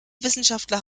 wissenschaftler